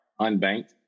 unbanked